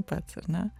pats ar ne